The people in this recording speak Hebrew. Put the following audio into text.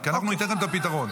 כי אנחנו ניתן לכם את הפתרון.